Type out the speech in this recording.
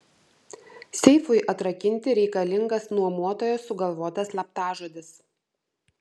seifui atrakinti reikalingas nuomotojo sugalvotas slaptažodis